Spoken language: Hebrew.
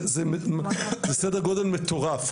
זה סדר גודל מטורף.